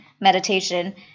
meditation